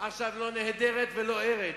עכשיו לא נהדרת ולא ארץ.